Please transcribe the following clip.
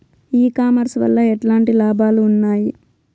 ఈ కామర్స్ వల్ల ఎట్లాంటి లాభాలు ఉన్నాయి?